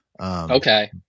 Okay